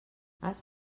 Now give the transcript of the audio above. has